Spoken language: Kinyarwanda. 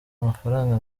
mafaranga